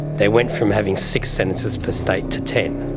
they went from having six senators per state to ten.